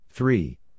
Three